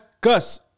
Gus